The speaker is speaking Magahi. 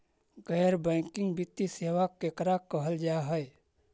गैर बैंकिंग वित्तीय सेबा केकरा कहल जा है?